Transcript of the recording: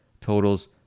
totals